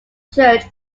church